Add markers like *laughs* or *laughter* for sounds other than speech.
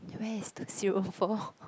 where is two zero four *laughs*